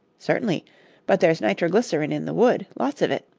certainly but there's nitroglycerin in the wood, lots of it.